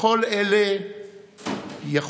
לכל אלה יכולנו.